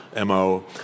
MO